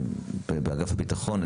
באגף הביטחון,